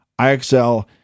IXL